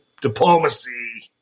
diplomacy